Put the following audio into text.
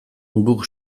guk